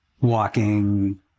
walking